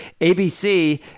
ABC